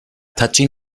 touching